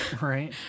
Right